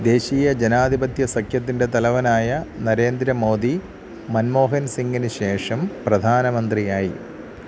ദേശീയ ജനാധിപത്യ സഖ്യത്തിന്റെ തലവനായ നരേന്ദ്ര മോദി മൻമോഹൻ സിങ്ങിന് ശേഷം പ്രധാനമന്ത്രിയായി